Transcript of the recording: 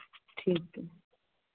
ਠੀਕ ਐ